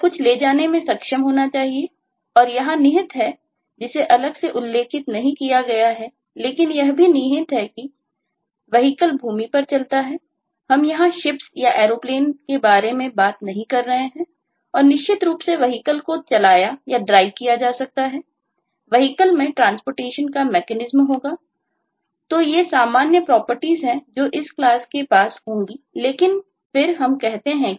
यह कुछ ले जाने में सक्षम होना चाहिए और यहाँ निहित है जिसे अलग से उल्लेखित नहीं किया गया है लेकिन यह भी निहित है कि Vehilcle भूमि हैं